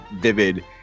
vivid